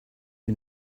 who